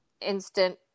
instant